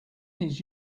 his